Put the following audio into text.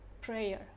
prayer